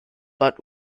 but